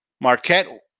Marquette